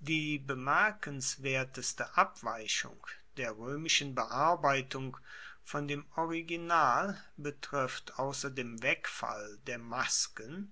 die bemerkenswerteste abweichung der roemischen bearbeitung von dem original betrifft ausser dem wegfall der masken